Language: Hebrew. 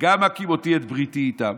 "וגם הקִמֹתי את בריתי אתם"